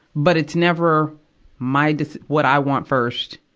but it's never my deci, what i want first,